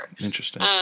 Interesting